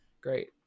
great